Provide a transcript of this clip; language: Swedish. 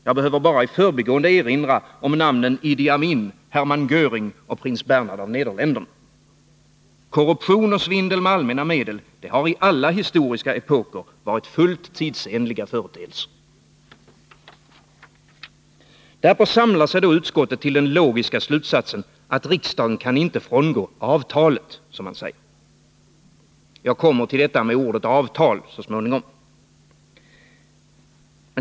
Jag behöver bara i förbigående erinra om namnen Idi Amin, Hermann Göring och prins Bernhard av Nederländerna. Korruption och svindel med allmänna medel har i alla historiska epoker varit fullt tidsenliga företeelser. Därpå samlar sig utskottet till den logiska slutsatsen att riksdagen inte kan frångå avtalet, som man säger. Jag kommer till detta med ordet ”avtal” så småningom.